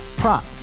Prop